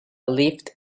lived